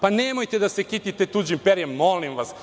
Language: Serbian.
Pa nemojte da se kitite tuđim perjem, molim vas.